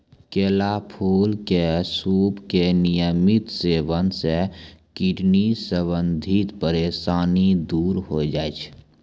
केला फूल के सूप के नियमित सेवन सॅ किडनी संबंधित परेशानी दूर होय जाय छै